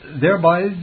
thereby